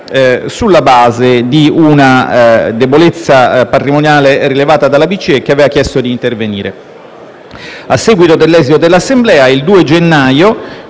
sulla base di una debolezza patrimoniale rilevata dalla BCE, che aveva chiesto di intervenire.